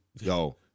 Yo